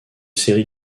série